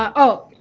um oh,